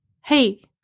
Hey